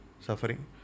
suffering